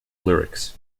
lyrics